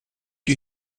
you